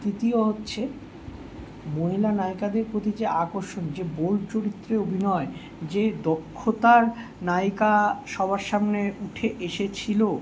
তৃতীয় হচ্ছে মহিলা নায়িকাদের প্রতি যে আকর্ষণ যে বোল্ড চরিত্রে অভিনয় যে দক্ষতার নায়িকা সবার সামনে উঠে এসেছিলো